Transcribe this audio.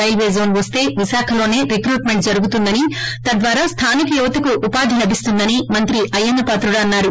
railway zone వస్త విశాఖలోసే recruitment జరుగుతుందని తద్వారా స్థానిక యువతకు ఉవాది లభిస్తుందని మంత్రి అయ్యన్న పాత్రుడు అన్నారు